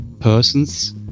persons